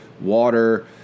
water